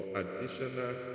additional